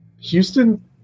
Houston